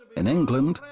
in england,